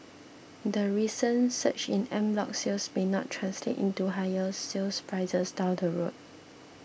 the recent surge in en bloc sales may not translate into higher sale prices down the road